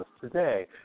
today